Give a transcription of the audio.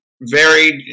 varied